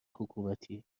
حکومتی